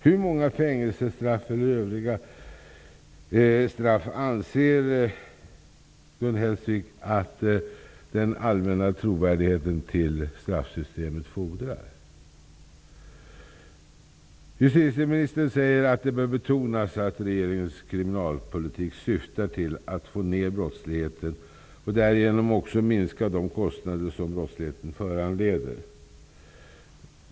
Hur många fängelsestraff eller övriga straff anser Gun Hellsvik att ''den allmänna trovärdigheten till straffsystemet'' fordrar. Justitieministern säger att det bör betonas att regeringens kriminalpolitik syftar till att få ner brottsligheten och därigenom också minska de kostnader som brottsligheten föranleder.